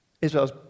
Israel's